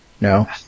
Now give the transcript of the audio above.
no